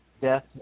death